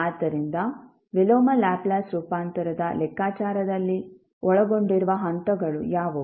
ಆದ್ದರಿಂದ ವಿಲೋಮ ಲ್ಯಾಪ್ಲೇಸ್ ರೂಪಾಂತರದ ಲೆಕ್ಕಾಚಾರದಲ್ಲಿ ಒಳಗೊಂಡಿರುವ ಹಂತಗಳು ಯಾವುವು